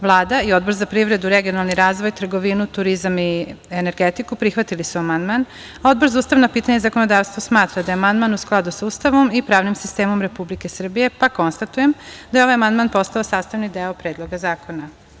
Vlada i Odbor za privredu, regionalni razvoj, trgovinu, turizam i energetiku prihvatili su amandman, a Odbor za ustavna pitanja i zakonodavstvo smatra da je amandman u skladu sa Ustavom i pravnim sistemom Republike Srbije, pa konstatujem da je ovaj amandman postao sastavni deo Predloga zakona.